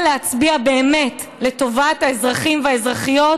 להצביע באמת לטובת האזרחים והאזרחיות,